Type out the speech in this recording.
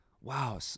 wow